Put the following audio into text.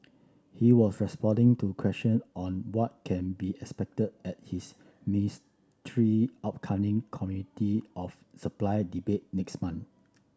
he was responding to question on what can be expected at his ministry upcoming Committee of Supply debate next month